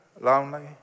lonely